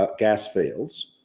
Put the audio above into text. ah gas fields.